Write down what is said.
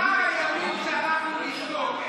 נגמרו הימים שאנחנו נשתוק,